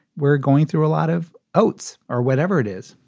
we're going through a lot of oats or whatever it is.